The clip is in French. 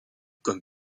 comme